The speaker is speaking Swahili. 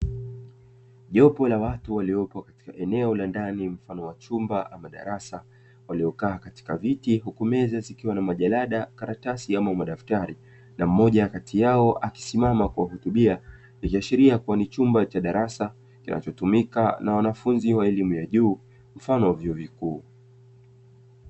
Jopo la watu waliopo katika eneo la ndani, mfano wa chumba ama darasa, waliokaa katika viti huku meza zikiwa na majarida, karatasi, au madaftari; na mmoja kati yao akisimama kuwahutubia, inashiria kuwa ni chumba cha darasa kinachotumika na wanafunzi wa elimu ya juu, mfano wa vyuo vikuu.